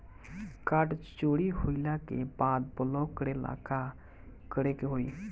Card चोरी होइला के बाद ब्लॉक करेला का करे के होई?